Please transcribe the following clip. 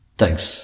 thanks